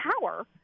power